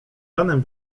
ranem